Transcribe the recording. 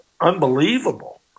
unbelievable